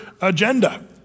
agenda